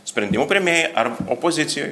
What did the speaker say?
sprendimų priėmėjai ar opozicijoj